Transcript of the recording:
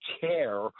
care